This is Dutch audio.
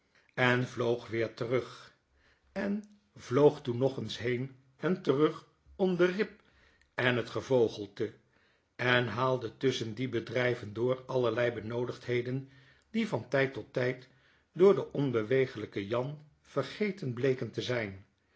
en vloog weer terug en vloog toen nog eens heen en terug om de rib en bet gevogeite en haalde tusschen die bedryven door allerlei benoodigdheden die van tyd tot tijd door den onbewegelijkn jaa vergeten bleken te zyn